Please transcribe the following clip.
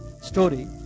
story